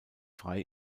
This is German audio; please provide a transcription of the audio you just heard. frei